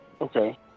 Okay